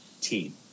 team